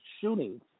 shootings